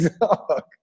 dog